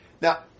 Now